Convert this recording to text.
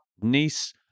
Nice